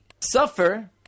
suffer